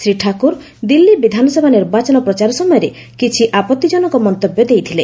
ଶ୍ରୀ ଠାକୁର ଦିଲ୍ଲୀ ବିଧାନସଭା ନିର୍ବାଚନ ପ୍ରଚାର ସମୟରେ କିଛି ଆପତ୍ତିଜନକ ମନ୍ତବ୍ୟ ଦେଇଥିଲେ